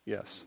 Yes